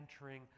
entering